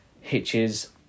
hitches